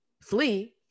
flee